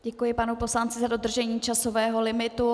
Děkuji panu poslanci za dodržení časového limitu.